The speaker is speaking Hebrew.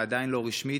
עדיין לא רשמית,